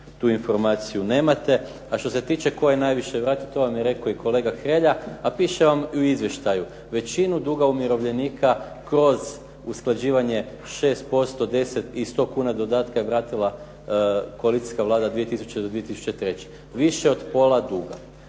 tu informaciju nemate. A što se tiče koja je najviše vratila, to vam je rekao i kolega Hrelja, a piše vam i u izvještaju. Većinu duga umirovljenika kroz usklađivanje 6%, 10 i 100 kuna dodatka je vratila koalicijska Vlada 2000.-2003., više od pola duga.